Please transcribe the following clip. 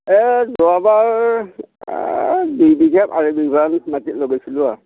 এ যোৱাবাৰ দুইবিঘা আঢ়ৈ বিঘা মান মাটি লগাইছিলোঁ আৰু